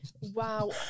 Wow